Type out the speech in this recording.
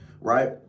right